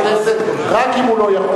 רק אם הוא לא יכול,